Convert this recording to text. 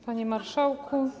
Panie Marszałku!